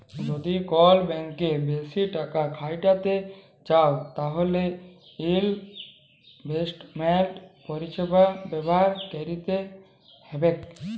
যদি কল ব্যাংকে বেশি টাকা খ্যাটাইতে চাউ তাইলে ইলভেস্টমেল্ট পরিছেবা ব্যাভার ক্যইরতে হ্যবেক